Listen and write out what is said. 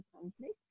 conflict